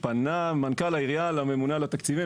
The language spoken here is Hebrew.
פנה מנכ"ל העירייה לממונה על התקציבים,